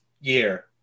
year